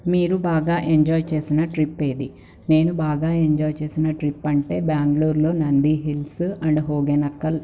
మీరు బాగా ఎంజాయ్ చేసిన ట్రిప్ ఏది నేను బాగా ఎంజాయ్ చేసిన ట్రిప్ అంటే బ్యాంగ్ళూర్లో నందిహిల్స్ అండ్ హోగెనెక్కల్